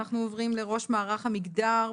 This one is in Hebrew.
אנחנו עוברים לראש מערך המגדר,